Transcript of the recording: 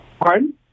Pardon